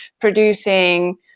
producing